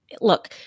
look